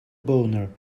boner